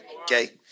Okay